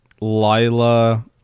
Lila